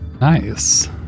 nice